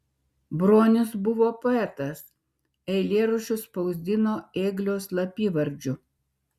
bronius buvo poetas eilėraščius spausdino ėglio slapyvardžiu